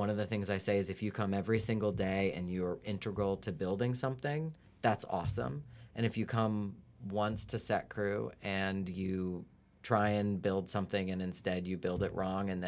one of the things i say is if you come every single day and you are integral to building something that's awesome and if you come once to set crew and you try and build something and instead you build it wrong and